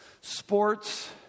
sports